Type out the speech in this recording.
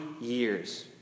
years